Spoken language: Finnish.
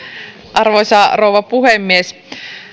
arvoisa rouva puhemies